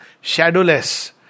shadowless